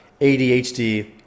ADHD